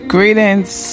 Greetings